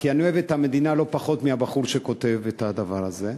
כי אני אוהב את המדינה לא פחות מהבחור שכותב את הדבר הזה.